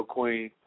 Queen